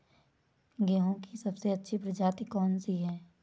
गेहूँ की सबसे अच्छी प्रजाति कौन सी है?